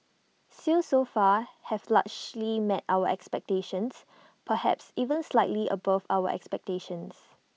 sales so far have largely met our expectations perhaps even slightly above our expectations